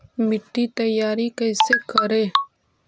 मिट्टी तैयारी कैसे करें?